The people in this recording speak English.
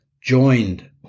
joined